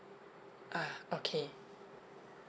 ah okay